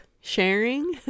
sharing